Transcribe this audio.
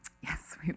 yes